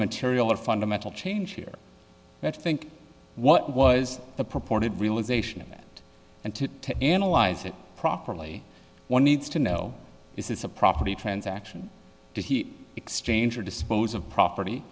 material or fundamental change here that think what was the purported realization of that and to analyze it properly one needs to know this is a property transaction the heat exchanger dispose of property